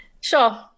Sure